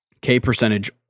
K-percentage